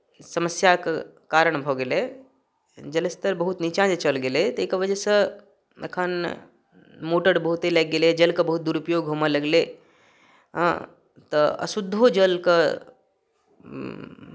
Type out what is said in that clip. समस्याक कारण भऽ गेलै जल स्तर बहुत नीचाँ जे चलि गेलै ताहिके वजहसँ एखन मोटर बहुते लागि गेलै जलके बहुत दुरुपयोग होमय लगलैए तऽ अशुद्धो जलके